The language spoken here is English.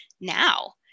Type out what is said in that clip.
now